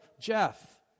Jeff